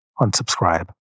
unsubscribe